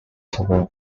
children